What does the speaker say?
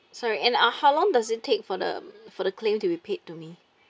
sorry and uh how long does it take for the um for the claim to be paid to me